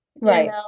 right